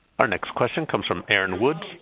our next question comes from aaron woods.